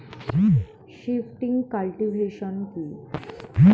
Shifting cultivation কি?